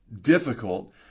difficult